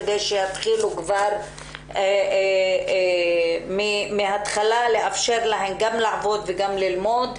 כדי שיאפשרו להן כבר מן ההתחלה גם ללמוד וגם לעבוד,